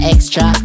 Extra